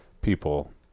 people